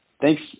Thanks